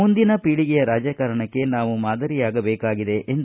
ಮುಂದಿನ ಪೀಳಗೆಯ ರಾಜಕಾರಣಕ್ಕೆ ನಾವು ಮಾದರಿಯಾಗಬೇಕಾಗಿದೆ ಎಂದು